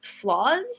flaws